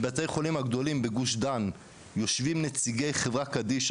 בבתי החולים הגדולים בגוש דן יושבים נציגי חברת "קדישא",